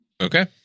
Okay